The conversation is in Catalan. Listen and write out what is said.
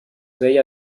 deia